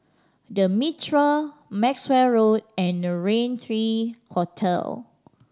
The Mitraa Maxwell Road and the Rain Three Hotel